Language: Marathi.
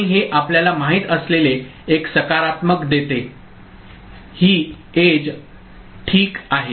आणि हे आपल्याला माहित असलेले एक सकारात्मक देते ही एज धार ठीक आहे